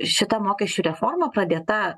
šita mokesčių reforma pradėta